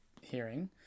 hearing